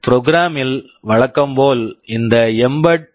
program program ல் வழக்கம் போல் இந்த எம்பெட்